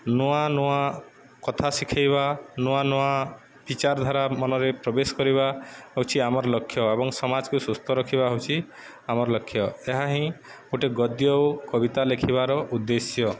ନୂଆ ନୂଆ କଥା ଶିଖାଇବା ନୂଆ ନୂଆ ବିିଚାରଧାରା ମନରେ ପ୍ରବେଶ କରିବା ହେଉଛି ଆମର ଲକ୍ଷ୍ୟ ଏବଂ ସମାଜକୁ ସୁସ୍ଥ ରଖିବା ହେଉଛି ଆମର ଲକ୍ଷ୍ୟ ଏହା ହିଁ ଗୋଟେ ଗଦ୍ୟ ଓ କବିତା ଲେଖିବାର ଉଦ୍ଦେଶ୍ୟ